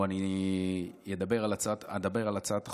או שאני אדבר על הצעת החוק,